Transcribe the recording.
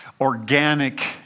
organic